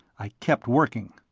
i kept working.